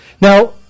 Now